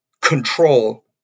control